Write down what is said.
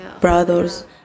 brothers